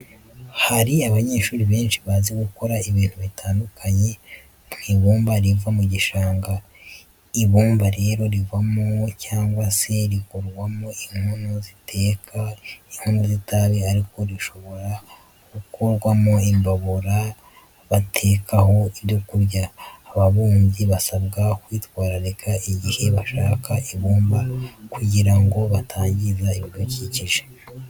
Hari abantu benshi bazi gukora ibintu bitandukanye mu ibumba riva mu gishanga. Ibumba rero rivamo cyangwa se rikorwamo inkono z'iteka, inkono z'itabi ariko rishobora gukorwamo imbabura batekaho ibyo kurya. Ababumbyi basabwa kwitwararika igihe bashaka ibumba kugira ngo batangiza ibidukikije.